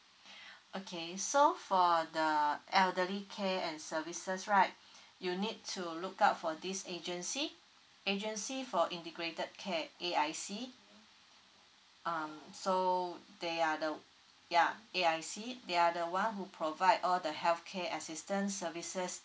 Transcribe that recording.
okay so for the elderly care and services right you need to look up for this agency agency for integrated care A_I_C um so they are the ya A_I_C they are the one who provide all the healthcare assistance services